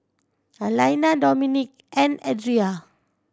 Alaina Dominik and Adria